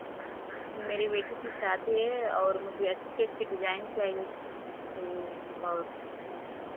मेरी बेटी की शादी है और मुझे अच्छे अच्छे डिजाइन चाहिए और